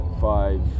five